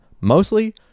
mostly